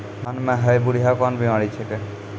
धान म है बुढ़िया कोन बिमारी छेकै?